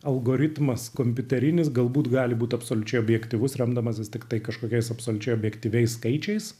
algoritmas kompiuterinis galbūt gali būt absoliučiai objektyvus remdamasis tiktai kažkokiais absoliučiai objektyviais skaičiais